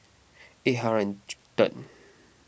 eight hundred third